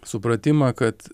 supratimą kad